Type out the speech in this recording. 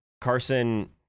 Carson